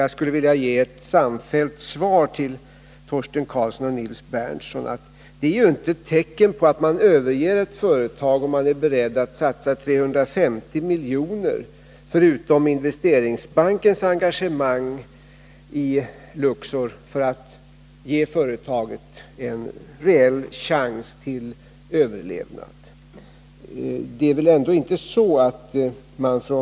Jag skulle vilja ge ett samfällt svar till Torsten Karlsson och Nils Berndtson: Om man är beredd att satsa 350 milj.kr., förutom Investeringsbankens engagemang i Luxor — för att ge företaget en reell chans till överlevnad, så är ju inte det något tecken på att man överger detta företag.